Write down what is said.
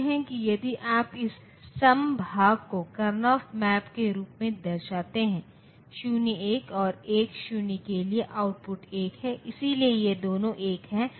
इसलिए यदि आपको एक n बिट प्रतिनिधित्व मिला है तो यह 2's कॉम्प्लीमेंट नंबर सिस्टम यह आपको केवल एक संख्याओं के अनुक्रम का प्रतिनिधित्व करने की अनुमति देगा